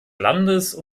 landes